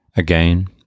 again